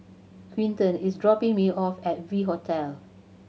Quinton is dropping me off at V Hotel